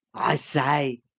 i say!